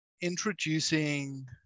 introducing